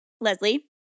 Leslie